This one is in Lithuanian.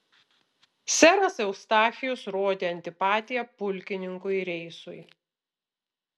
seras eustachijus rodė antipatiją pulkininkui reisui